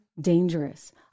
dangerous